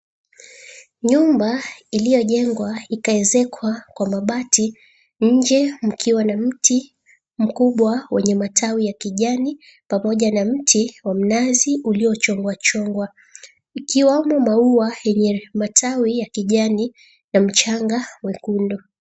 Nyumba iliyojengwa ikakuezekwa kwa mabati nje mkiwa na mti mkubwa wenye matawi ya majani pamoja na mti wa mnazi uliyochongwachongwa ikiwemo maua yenye matawi ya kijani ya mchanja mwekundu.